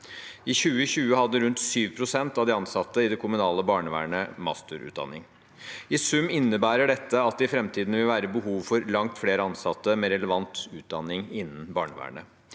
2023 3. mai – Muntlig spørretime 3699 munale barnevernet masterutdanning. I sum innebærer dette at det i framtiden vil være behov for langt flere ansatte med relevant utdanning innen barnevernet.